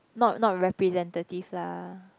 not not representative lah